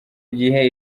gihe